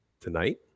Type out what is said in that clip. tonight